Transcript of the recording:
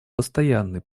постоянный